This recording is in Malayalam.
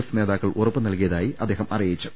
എഫ് നേതാക്കൾ ഉറപ്പുനൽകിയതായും അദ്ദേഹം അറി യിച്ചു